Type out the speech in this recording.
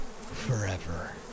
Forever